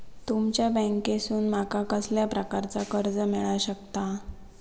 तुमच्या बँकेसून माका कसल्या प्रकारचा कर्ज मिला शकता?